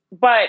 but-